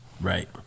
Right